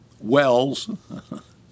Wells